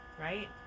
right